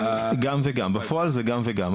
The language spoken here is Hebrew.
גם וגם, בפועל זה גם וגם.